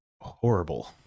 horrible